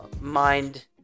mind